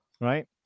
right